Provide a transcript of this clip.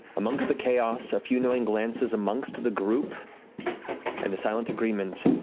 amongst the chaos, a few knowing glances amongst the group and a silent agreement,